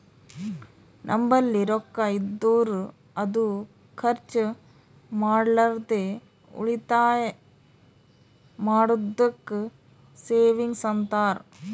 ನಂಬಲ್ಲಿ ರೊಕ್ಕಾ ಇದ್ದುರ್ ಅದು ಖರ್ಚ ಮಾಡ್ಲಾರ್ದೆ ಉಳಿತಾಯ್ ಮಾಡದ್ದುಕ್ ಸೇವಿಂಗ್ಸ್ ಅಂತಾರ